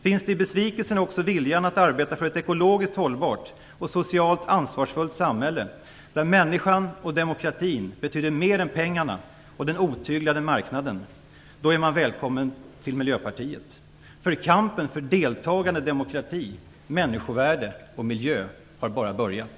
Finns det i besvikelsen också viljan att arbeta för ett ekologiskt hållbart och socialt ansvarsfullt samhälle - där människan och demokratin betyder mer än pengarna och den otyglade marknaden - då är man välkommen till Miljöpartiet. Kampen för deltagande, demokrati, människovärde och miljö har bara börjat.